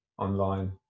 online